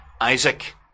Isaac